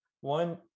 one